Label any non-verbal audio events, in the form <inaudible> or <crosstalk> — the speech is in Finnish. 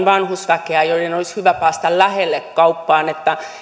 <unintelligible> vanhusväkeä jonka olisi hyvä päästä lähelle kauppaan